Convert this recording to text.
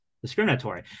discriminatory